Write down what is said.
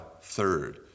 third